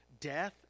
death